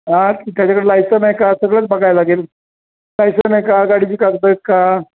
हा त्याच्याकडे लायसन आहे का सगळंच बघायला लागेल आहे का गाडीची कागद आहेत का